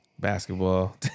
Basketball